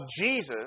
Jesus